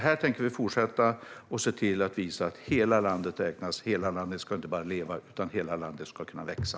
Här tänker vi fortsätta att se till att hela landet räknas. Hela landet ska inte bara leva, utan hela landet ska kunna växa.